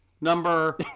number